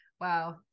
Wow